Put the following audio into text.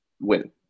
win